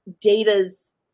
Data's